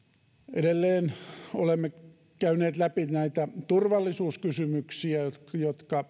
edelleen olemme käyneet läpi turvallisuuskysymyksiä jotka jotka